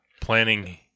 planning